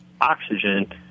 oxygen